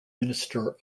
minister